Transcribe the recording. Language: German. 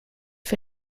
für